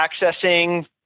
accessing